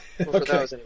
Okay